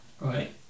right